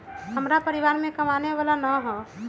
हमरा परिवार में कमाने वाला ना है?